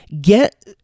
get